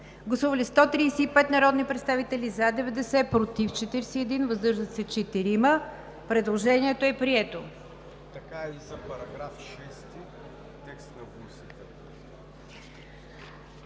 Гласували 135 народни представители: за 90, против 41, въздържали се 4. Предложението е прието.